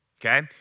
Okay